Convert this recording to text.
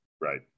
right